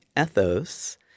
ethos